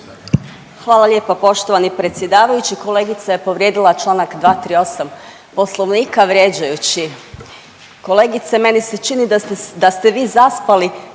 Hvala lijepo poštovani predsjedavajući. Kolegica je povrijedila čl. 238 Poslovnika vrijeđajući kolegice meni se čini da ste vi zaspali